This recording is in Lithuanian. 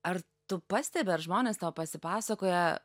ar tu pastebi ar žmonės tau pasipasakoja